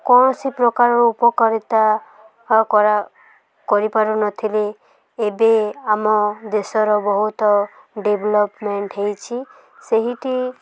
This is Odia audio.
କୌଣସି ପ୍ରକାରର ଉପକାରିତା କର କରିପାରୁନଥିଲେ ଏବେ ଆମ ଦେଶର ବହୁତ ଡ଼େଭଲପମେଣ୍ଟ ହୋଇଛି ସେହିଟି